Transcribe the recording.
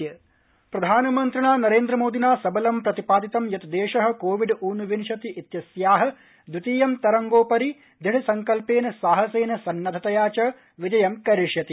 प्रधानमन्त्री सम्बोधन प्रधानमन्त्रिणा नरेन्द्र मोदिना सबलं प्रतिपादितं यत् देशः कोविड ऊनविंशति इत्यस्याः द्वितीय तरंगोपरि दृढ़संकल्पेन साहसेन सन्नद्वतया च विजय करिष्यति